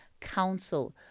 council